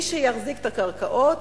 מי שיחזיק את הקרקעות,